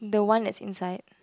the one that inside